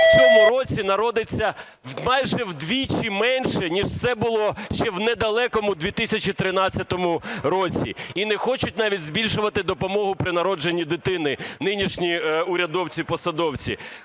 у цьому році народиться майже вдвічі менше, ніж це було ще в недалекому 2013 році. І не хочуть навіть збільшувати допомогу при народженні дитини нинішні урядовці-посадовці.